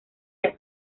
las